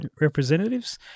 representatives